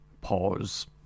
Pause